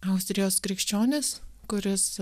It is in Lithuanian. austrijos krikščionis kuris